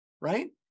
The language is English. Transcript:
Right